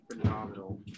phenomenal